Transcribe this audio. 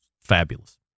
Fabulous